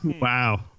Wow